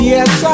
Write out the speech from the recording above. Yes